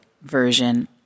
version